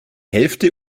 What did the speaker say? hälfte